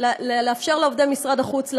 לאפשר לעובדי משרד החוץ לעבוד.